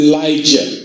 Elijah